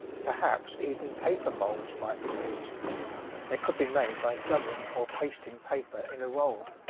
perhaps, even paper moulds might be used they could be made by gumming or pasting paper in a roll.